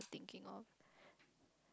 thinking of